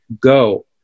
go